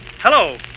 Hello